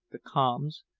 the calms,